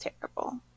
terrible